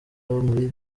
muri